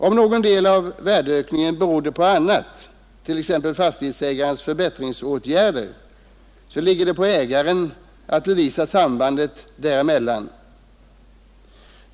Om någon del av värdeökningen beror på annat, t.ex. fastighetsägarens förbättringsåtgärder, ligger det på ägaren att bevisa sambandet däremellan.